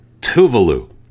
Tuvalu